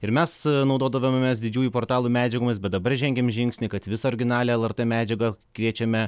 ir mes naudodavomės didžiųjų portalų medžiagomis bet dabar žengiam žingsnį kad visą originalią lrt medžiagą kviečiame